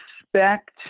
expect